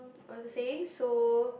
was the saying so